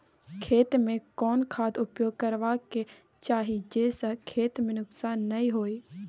खेत में कोन खाद उपयोग करबा के चाही जे स खेत में नुकसान नैय होय?